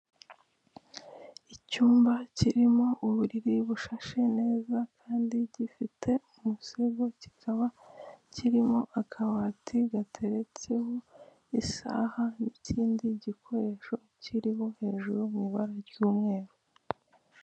Icyumba kirimo uburiri bushashe neza kandi gifite umusego; kikaba kirimo akabati gateretseho isaha n'ikindi gikoresho kiriho hejuru mu ibara ry'umweru.